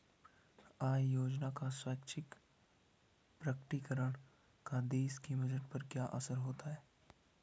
आय योजना का स्वैच्छिक प्रकटीकरण का देश के बजट पर क्या असर होता है?